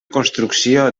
construcció